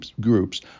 groups